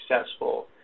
successful